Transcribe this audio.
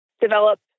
develop